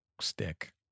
stick